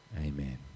Amen